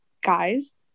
guys